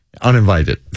Uninvited